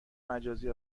مجازی